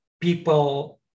people